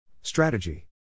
Strategy